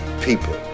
people